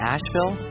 Asheville